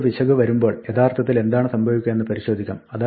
നമുക്ക് ഒരു പിശക് വരുമ്പോൾ യഥാർത്ഥത്തിൽ എന്താണ് സംഭവിക്കുക എന്ന് പരിശോധിക്കാം